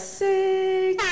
six